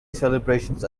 celebrations